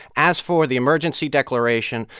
as for the emergency declaration,